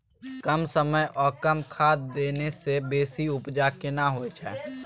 कम समय ओ कम खाद देने से बेसी उपजा केना होय छै?